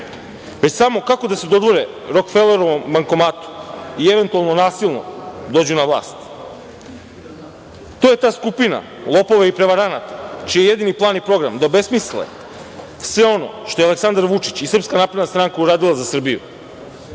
već samo kako da se dodvore Rokfelerovom bankomatu i eventualno nasilno dođu na vlast. To je ta skupina lopova i prevaranata čiji je jedini plan i program da obesmisle sve ono što su Aleksandar Vučić i SNS uradili za Srbiju